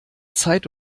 zeit